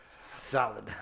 Solid